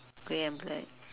grey and black